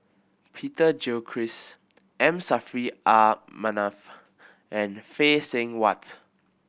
Peter Gilchrist M Saffri R Manaf and Phay Seng Whatt